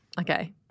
Okay